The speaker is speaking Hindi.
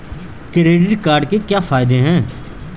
क्रेडिट कार्ड के क्या फायदे हैं?